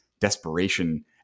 desperation